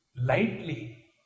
lightly